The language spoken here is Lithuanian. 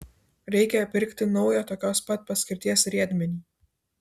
reikia pirkti naują tokios pat paskirties riedmenį